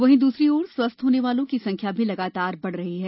वहीं दूसरी ओर स्वस्थ होने वालों की संख्या भी लगाता बढ़ रही है